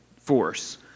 force